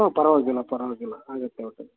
ಹ್ಞೂ ಪರವಾಗಿಲ್ಲ ಪರವಾಗಿಲ್ಲ ಆಗುತ್ತೆ ಒಟ್ಟು